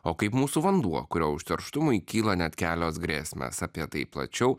o kaip mūsų vanduo kurio užterštumui kyla net kelios grėsmės apie tai plačiau